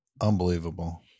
unbelievable